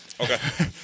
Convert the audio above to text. okay